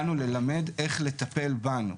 באנו ללמד איך לטפל בנו.